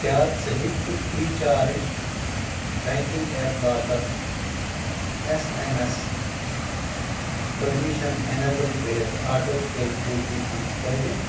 کیٛاہ ژٕ ہٮ۪کٕکھٕ فری چارج بینکِنگ ایپ باپتھ S M S permission enable کٔرِتھ auto fill O T P تھٲوِتھ